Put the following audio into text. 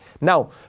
Now